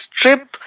trip